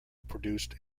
produced